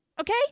okay